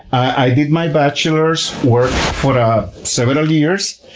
i did my bachelor's work for several years.